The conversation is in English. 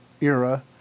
era